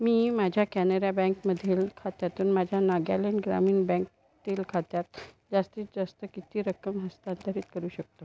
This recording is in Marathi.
मी माझ्या कॅनेरा बँकमधील खात्यातून माझ्या नागॅलँड ग्रामीण बँकतील खात्यात जास्तीत जास्त किती रक्कम हस्तांतरित करू शकतो